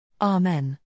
Amen